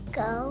go